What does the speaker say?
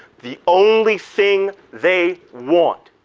the only thing they want